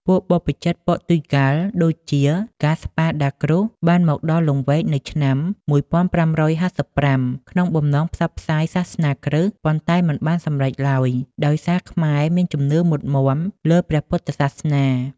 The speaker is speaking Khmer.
ពួកបព្វជិតព័រទុយហ្គាល់ដូចជា ហ្គាស្ប៉ាដាគ្រួស បានមកដល់លង្វែកនៅឆ្នាំ ១៥៥៥ ក្នុងបំណងផ្សព្វផ្សាយសាសនាគ្រិស្ត ប៉ុន្តែមិនបានសម្រេចឡើយ ដោយសារខ្មែរមានជំនឿមុតមាំលើព្រះពុទ្ធសាសនា។